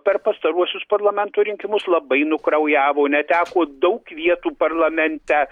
per pastaruosius parlamento rinkimus labai nukraujavo neteko daug vietų parlamente